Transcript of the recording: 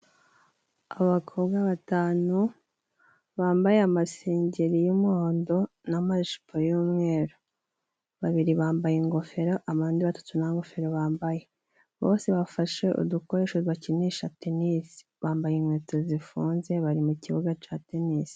Abakobwa batanu bambaye amasengeri y'umuhondo n' amajipo y'umweru. Babiri bambaye ingofero, abandi batatu nta ngofero bambaye. Bose bafashe udukoresho bakinisha tenisi, bambaye inkweto zifunze bari mu kibuga ca tenisi.